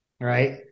Right